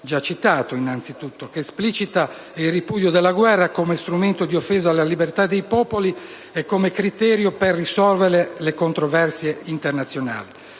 articolo 11 innanzitutto, che esplicita il ripudio della guerra come strumento di offesa alla libertà dei popoli e come criterio per risolvere le controversie internazionali.